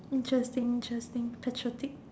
interesting interesting patriotic